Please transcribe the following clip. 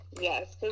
Yes